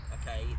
okay